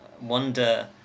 wonder